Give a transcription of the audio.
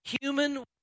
human